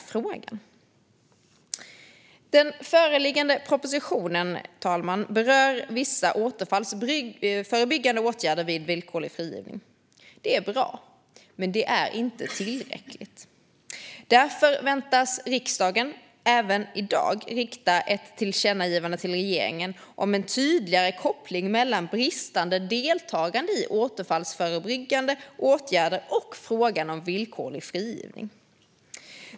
Förstärkta återfalls-förebyggande åtgärder vid villkorlig frigivning Den föreliggande propositionen berör, fru talman, vissa återfallsförebyggande åtgärder vid villkorlig frigivning. Det är bra, men det är inte tillräckligt. Därför väntas riksdagen i dag även rikta ett tillkännagivande till regeringen om en tydligare koppling mellan bristande deltagande i återfallsförebyggande åtgärder och frågan om villkorlig frigivning.